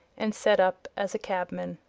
and set up as a cabman.